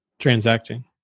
transacting